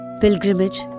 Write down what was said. Pilgrimage